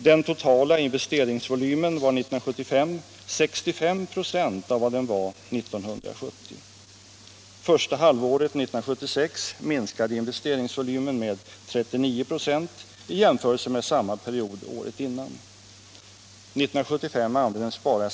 Den totala investeringsvolymen 1975 mot Chile Bojkottåtgärder mot Chile Herr talman!